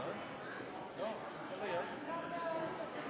det siste var